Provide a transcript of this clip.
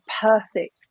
perfect